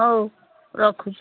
ହଉ ରଖୁଛି